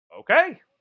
Okay